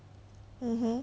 mmhmm